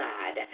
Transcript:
God